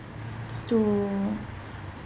to